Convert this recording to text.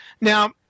Now